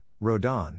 Rodan